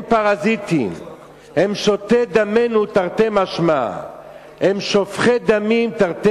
הם "פרזיטים"; הם "שותי דמנו תרתי משמע"; הם "שופכי דמים תרתי